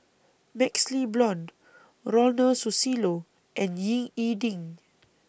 Max Le Blond Ronald Susilo and Ying E Ding